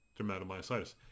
dermatomyositis